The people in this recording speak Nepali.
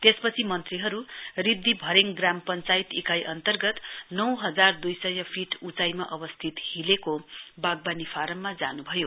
त्यसपछि मन्त्रीहरु रिब्दी भरेङ ग्राम पञ्चायत इकाई अन्तर्गत नौ हजार द्ई सय फीट उचाईमा अवस्थित हिलेको वाग्वानी फारममा जान्भयो